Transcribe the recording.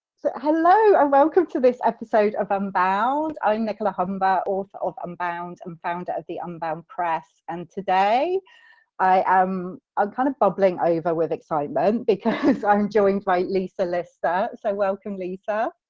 so hello and ah welcome to this episode of unbound. i'm nicola humber, author of unbound and founder of the unbound press and today i am ah kind of bubbling over with excitement, because i'm joined by lisa lister. so welcome lisa.